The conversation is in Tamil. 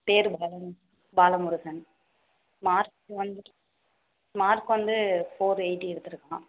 பேர் பாலமுருகன் மார்க்கு வந்துட்டு மார்க் வந்து ஃபோர் எயிட்டி எடுத்திருக்கான்